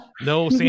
no